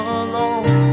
alone